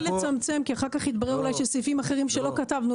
לצמצם כי אחר-כך יתברר אולי שסעיפים אחרים שלא כתבנו,